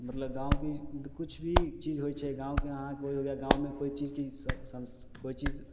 मतलब गाँवके किछु भी चीज होइ छै गाँवके अहाँके अगर गाँवमे कोइ चीजके कोइ चीज